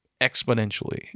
exponentially